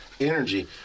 energy